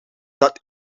dat